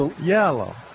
yellow